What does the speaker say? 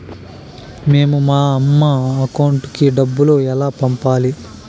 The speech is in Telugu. మేము మా అమ్మ అకౌంట్ కి డబ్బులు ఎలా పంపాలి